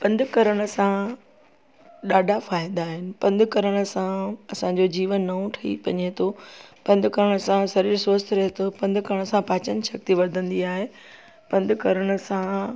पंधु करण सां ॾाढा फ़ाइदा आहिनि पंधु करण सां असांजो जीवन नओं ठई वञे थो पंधु करण सां सरीरु स्वस्थ रए थो पंधु करण सां पाचन शक्ति वधंदी आहे पंधु करण सां